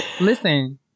listen